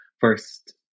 first